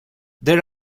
there